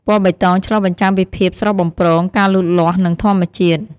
ពណ៌បៃតង ឆ្លុះបញ្ចាំងពីភាពស្រស់បំព្រង ការលូតលាស់ និងធម្មជាតិ។